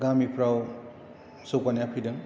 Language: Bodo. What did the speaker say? गामिफ्राव जौगानाया फैदों